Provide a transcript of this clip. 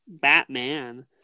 Batman